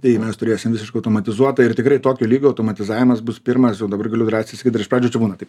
tai mes turėsim visiškai automatizuotą ir tikrai tokio lygio automatizavimas bus pirmas jau dabar galiu drąsiai sakyt iš pradžių čia būna taip